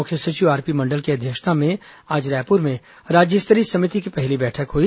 मुख्य सचिव आरपी मंडल की अध्यक्षता में आज रायपुर में राज्य स्तरीय समिति की पहली बैठक हुई